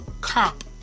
cop